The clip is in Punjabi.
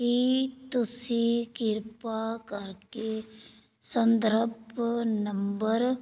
ਕੀ ਤੁਸੀਂ ਕਿਰਪਾ ਕਰਕੇ ਸੰਦਰਭ ਨੰਬਰ